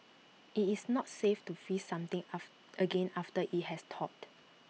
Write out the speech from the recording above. IT is not safe to freeze something again after IT has thawed